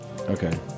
Okay